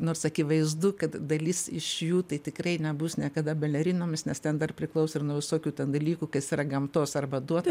nors akivaizdu kad dalis iš jų tai tikrai nebus niekada balerinomis nes ten dar priklauso ir nuo visokių dalykų kas yra gamtos arba duota